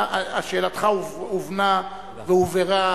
שאלתך הובנה והובהרה,